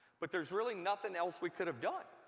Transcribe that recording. but there's really nothing else we could have done